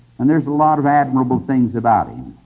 and there are a lot of admirable things about him.